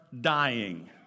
dying